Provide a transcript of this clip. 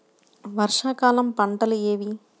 వర్షాకాలం పంటలు ఏవి?